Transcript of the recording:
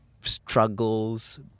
struggles